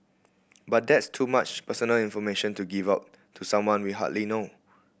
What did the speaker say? but that's too much personal information to give out to someone we hardly know